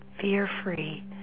fear-free